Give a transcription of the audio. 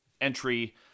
entry